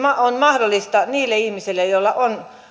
on mahdollista niille ihmisille joilla on